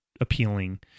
appealing